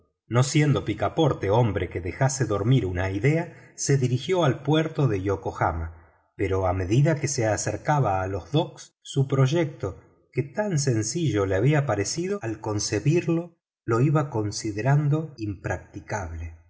no siendo picaporte hombre que dejase dormir una idea se dirigió al puerto de yokohama pero a medida de que se acercaba a los muelles su proyecto que tan sencillo le había parecido al concebirlo lo iba considerando impracticable